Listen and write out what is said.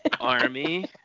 Army